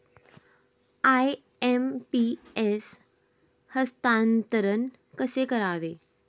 IMPS हस्तांतरण कसे करावे?